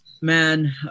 man